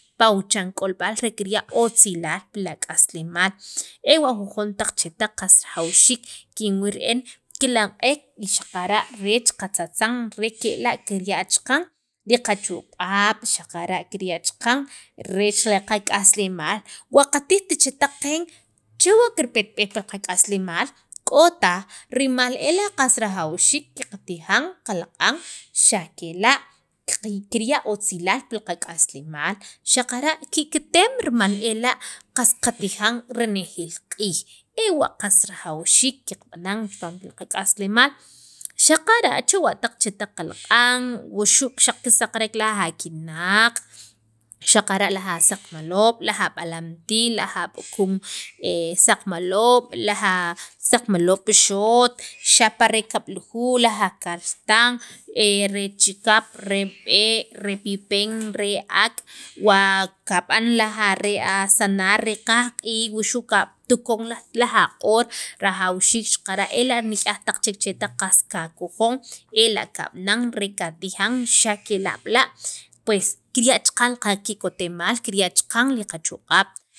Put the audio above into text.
pa wuchan k'olb'al re kirya' otzilaal pi ak'aslemaal ewa' jujon taq chetaq qas rajawxiik kinwil re'en kilaq'ek y xaqara' reech katzatzan re kela' kiya' chaqan te qachoq'ab'xaqara' kirya' chaqan re qak'aslemaal waqarijt chetaq qeech chewa chewa' kirpetb'ej pi qak'asleaal k'o taj rimal ela' qas rajawxiik qatijan qalaq'an xa' kela' kirya' otzilaal pil qak'aslemaal xaqara' kikitemaal rima ela' qas qatijan renejeel q'iij ewa' qas rajawxiik qab'anan pil k'aslemaal xaqara' chewa' taq chetaq qalaq'an wuxu' xaq kisaqarek laj akinaq' xaqara' laj asaqmaloob', laj ab'alam tii', laj ab'ukum saqmaloob' laj saqmaloob' pi xot xapa re kab'lujuuj laj akaltan re chikap, re b'e', re pipen, re ak' wa kab'an laj asanar re qajq'iij wu xu' katuk poon laj aq'oor rajawxiik xaqara' ela' nik'yaj chek chetaq che qas kakojon ela' kab'anan r katijan xa' kela' b'la' pues kirya' chaqan la qaki'kitemaal kirya' chaqan li qachoq'ab'.